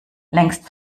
längst